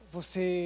Você